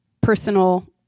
personal